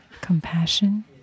compassion